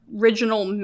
original